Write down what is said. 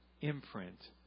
imprint